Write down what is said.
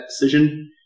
decision